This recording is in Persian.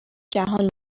جهان